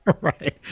right